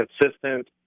consistent